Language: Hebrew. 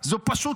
וואו,